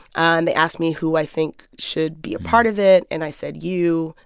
and they asked me who i think should be a part of it. and i said you.